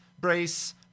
brace